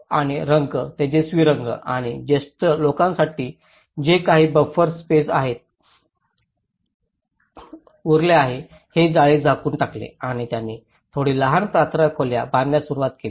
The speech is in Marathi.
आणि रंग तेजस्वी रंग आणि ज्येष्ठ लोकांसाठी जे काही बफर स्पेसमध्ये उरले आहे ते जाळे झाकून टाकले आणि त्यांनी थोडी लहान प्रार्थना खोल्या बांधण्यास सुरवात केली